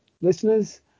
listeners